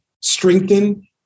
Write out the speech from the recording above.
strengthen